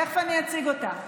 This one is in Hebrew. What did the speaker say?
תכף אני אציג אותה.